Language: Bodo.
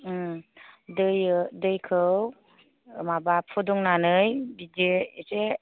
दैखौ माबा फुदुंनानै बिदि एसे